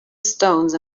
stones